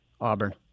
Auburn